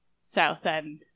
Southend